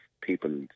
people